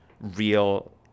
real